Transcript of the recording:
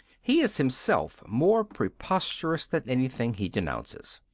he is himself more preposterous than anything he denounces.